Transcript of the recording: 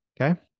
Okay